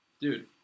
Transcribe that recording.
Dude